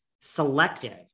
selective